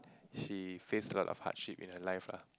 she faced a lot of hardship in her life lah